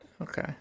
Okay